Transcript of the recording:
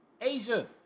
Asia